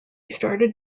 started